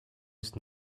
ist